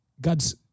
God's